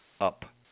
up